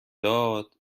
داد